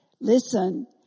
Listen